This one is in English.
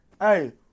hey